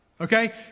Okay